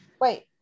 wait